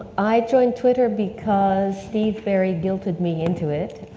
i joined twitter because steve berry guilted me into it.